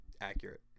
accurate